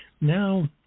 Now